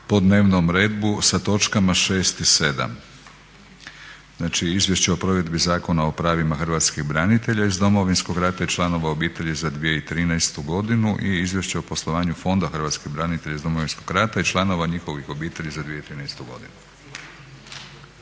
po dnevnom redu sa točkama 6 i 7, znači Izvješće o provedbi Zakona o pravima hrvatskih branitelja iz Domovinskog rata i članova njihovih obitelji za 2013. godinu i Izvješće o poslovanju Fonda hrvatskih branitelja iz Domovinskog rata i članova njihovih obitelji za 2013. godinu.